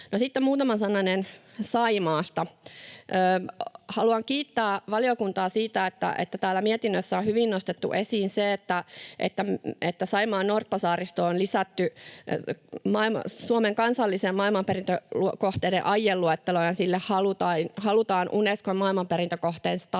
muutama sananen Saimaasta. Haluan kiittää valiokuntaa siitä, että täällä mietinnössä on hyvin nostettu esiin se, että Saimaan norppasaaristo on lisätty Suomen kansallisten maailmanperintökohteiden aieluetteloon ja sille halutaan Unescon maailmanperintökohteen status.